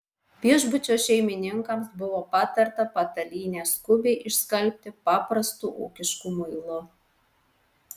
viešbučio šeimininkams buvo patarta patalynę skubiai išskalbti paprastu ūkišku muilu